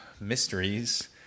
mysteries